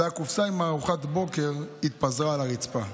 הקופסה עם ארוחת הבוקר התפזרה על הרצפה".